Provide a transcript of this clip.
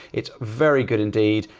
it's very good indeed.